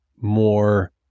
more